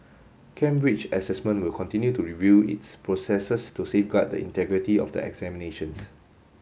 Cambridge Assessment will continue to review its processes to safeguard the integrity of the examinations